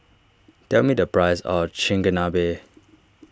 tell me the price of Chigenabe